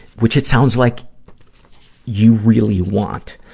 which it sounds like you really want.